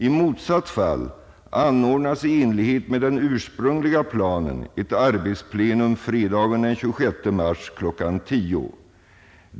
I motsatt fall anordnas i enlighet med den ursprungliga pla.ien ett arbetsplenum fredagen den 26 mars kl. 10.00.